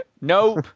Nope